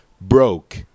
broke